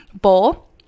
bowl